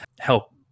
help